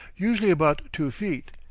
usually about two feet,